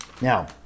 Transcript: Now